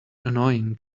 annoying